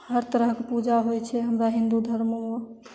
हर तरहके पूजा होइ छै हमरा हिन्दू धर्ममे